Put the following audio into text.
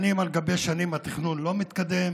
שנים על גבי שנים התכנון לא מתקדם.